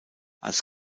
als